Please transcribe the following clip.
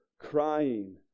crying